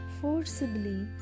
forcibly